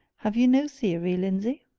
have you no theory, lindsey?